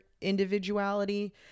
individuality